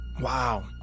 Wow